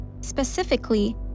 specifically